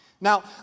Now